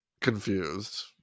Confused